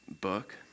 book